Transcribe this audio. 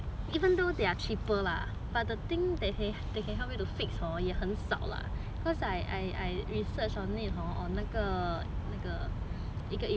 even though they are cheaper lah but the thing that they can help me to fix hor 也很少 lah cause I I I research on it hor on 那个那个